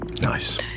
Nice